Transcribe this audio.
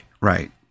right